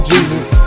Jesus